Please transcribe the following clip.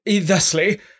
thusly